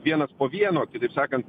vienas po vieno kitaip sakant